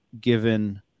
given